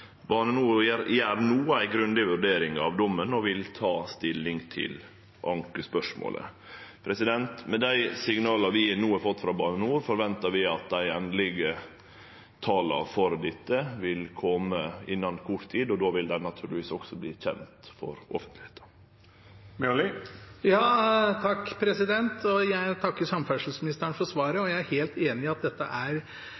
vil ta stilling til ankespørsmålet. Med dei signala vi no har fått frå Bane NOR, forventar vi at dei endelege tala for dette vil kome innan kort tid, og då vil dei naturlegvis også verte kjende for offentlegheita. Jeg takker samferdselsministeren for svaret, og jeg